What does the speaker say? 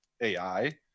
AI